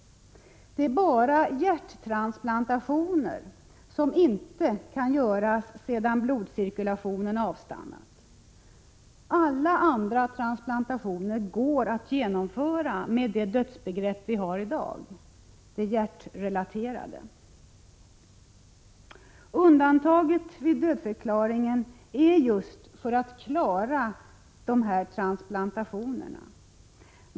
Det är bara hjärttransplantationer som inte kan göras sedan blodcirkulationen avstannat. Alla andra transplantationer går att genomföra med det dödsbegrepp vi har i dag, det hjärtrelaterade. Undantaget vid dödförklaringen är just för att klara dessa transplantationer.